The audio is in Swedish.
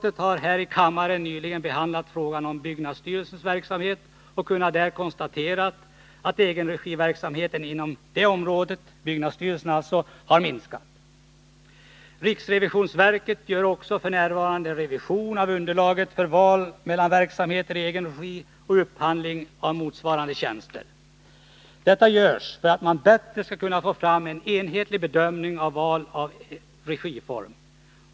Vi har här i kammaren nyligen behandlat finansutskottets betänkande om byggnadsstyrelsens verksamhet och kunnat konstatera att egenregiverksamheten inom byggnadsstyrelsen har minskat. Riksrevisionsverket gör också f. n. en revision av underlaget för val mellan verksamheter i egen regi och upphandling av motsvarande tjänster. Detta görs för att man bättre skall kunna få fram en enhetlig bedömning för val av regiform.